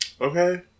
Okay